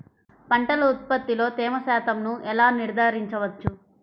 పంటల ఉత్పత్తిలో తేమ శాతంను ఎలా నిర్ధారించవచ్చు?